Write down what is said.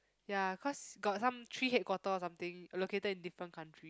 ya cause got some three headquarter or something located in different country